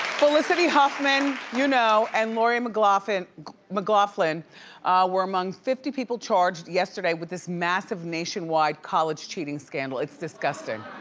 felicity huffman, you know, and lori mcloughlin mcloughlin were among fifty people charged yesterday with this massive nationwide college cheating scandal. it's disgusting.